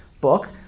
book